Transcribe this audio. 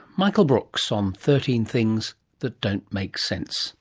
michael brooks on thirteen things that don't make sense